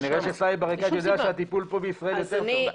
כנראה שסאיב עריקאת יודע שהטיפול פה בישראל יותר טוב.